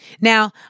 Now